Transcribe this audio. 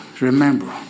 Remember